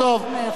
טוב, טוב.